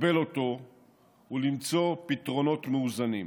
לקבל אותו ולמצוא פתרונות מאוזנים.